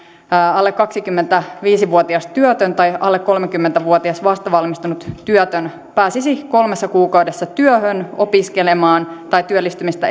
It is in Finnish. alle kaksikymmentäviisi vuotias työtön tai alle kolmekymmentä vuotias vastavalmistunut työtön pääsisi kolmessa kuukaudessa työhön opiskelemaan tai työllistymistä